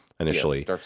initially